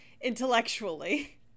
Intellectually